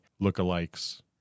lookalikes